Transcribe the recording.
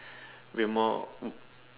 we are more